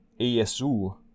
ASU